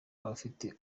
abadafite